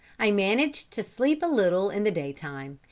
i managed to sleep a little in the day-time,